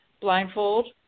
blindfold